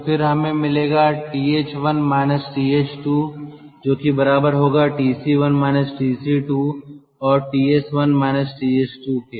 तो फिर हमें मिलेगा TH1 TH2 जो कि बराबर होगा TC1 TC2 और TS1 TS2 के